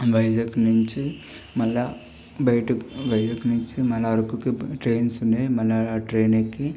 వైజాగ్ నుంచి మళ్ళీ బయట వైజాగ్ నుంచి మన అరకుకి ట్రైన్స్ ఉన్నాయి మన ఆ ట్రైన్ ఎక్కి